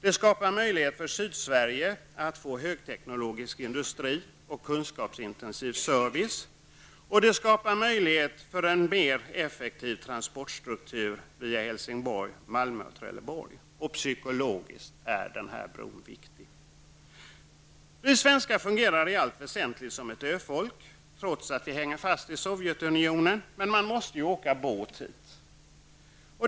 Den skapar möjlighet för Sydsverige att få högteknologisk industri och kunskapsintensiv service, och det skapar möjlighet för en mer effektiv transportstruktur via Helsingborg, Malmö och Trelleborg. Psykologiskt är den här bron viktig. Vi svenskar fungerar i allt väsentligt som ett öfolk, trots att vi hänger fast i Sovjetunionen. Man måste ju åka båt hit.